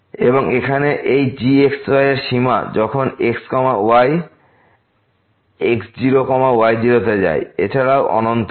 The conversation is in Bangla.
এবং এখানে এই gx y এর সীমা যখন x y x0 y0 তে যায় এছাড়াও অনন্ত হয়